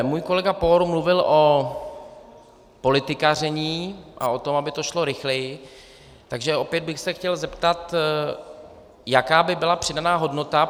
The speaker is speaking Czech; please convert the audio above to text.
Můj kolega Pour mluvil o politikaření a o tom, aby to šlo rychleji, takže opět bych se chtěl zeptat, jaká by byla přidaná hodnota.